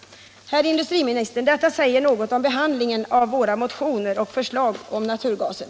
— Herr industriminister, detta säger något om behandlingen av våra motioner och förslag om naturgasen.